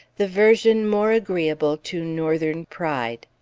the version more agreeable to northern pride.